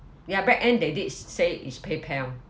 ya back end they did say it's paypal